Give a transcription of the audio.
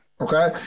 Okay